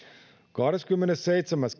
kahdeskymmenesseitsemäs